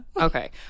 okay